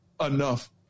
enough